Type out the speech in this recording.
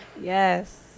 Yes